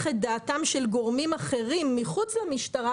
את דעתם של גורמים אחרים מחוץ למשטרה,